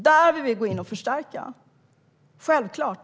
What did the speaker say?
Där vill vi gå in och förstärka - självklart.